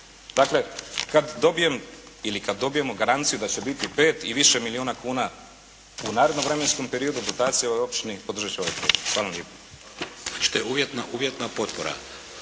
ili kad dobijemo garanciju da će biti 5 ili više milijuna kuna u narednom vremenskom periodu dodaci ovoj općini podržat ću ovaj prijedlog. Hvala vam